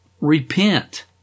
repent